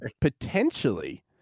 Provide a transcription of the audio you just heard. potentially